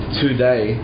today